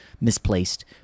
misplaced